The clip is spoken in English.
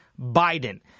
Biden